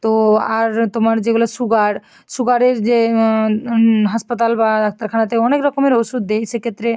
তো আর তোমার যেগুলো সুগার সুগারের যে হাসপাতাল বা ডাক্তারখানাতে অনেক রকমের ওষুধ দেই সেক্ষেত্রে